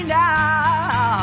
now